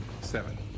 Seven